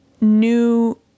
new